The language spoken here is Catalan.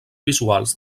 visuals